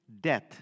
death